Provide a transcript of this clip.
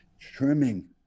trimming